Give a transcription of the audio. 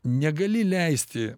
negali leisti